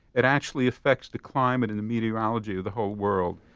it actually affects the climate and the meteorology of the whole world.